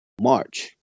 March